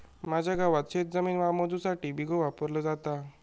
माझ्या गावात शेतजमीन मोजुसाठी बिघो वापरलो जाता